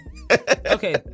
okay